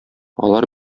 алар